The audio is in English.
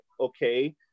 okay